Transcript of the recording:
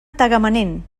tagamanent